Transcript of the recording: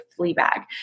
Fleabag